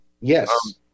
Yes